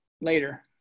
later